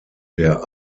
der